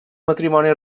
matrimoni